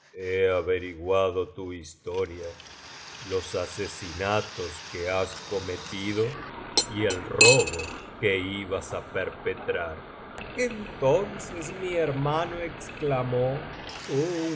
averiguado tu historia los asesinatos que has cometido y el robo que ibas á perpetrar entonces mi hermano exclamó